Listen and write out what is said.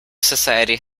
society